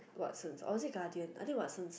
Watson or is it Guardian I think Watson